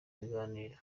ibiganiro